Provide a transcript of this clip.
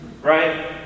Right